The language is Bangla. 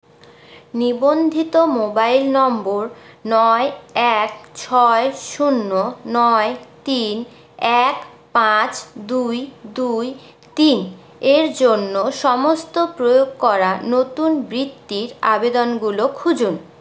নিবন্ধিত মোবাইল নম্বর নয় এক ছয় শূন্য নয় তিন এক পাঁচ দুই দুই তিন এর জন্য সমস্ত প্রয়োগ করা নতুন বৃত্তির আবেদনগুলো খুঁজুন